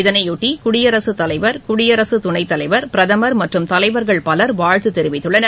இதனையொட்டி குடியரசுத் தலைவர் குடியரசு துணைத்தலைவர் பிரதமர் மற்றம் தலைவர்கள் பலர் வாழ்த்து தெரிவித்துள்ளனர்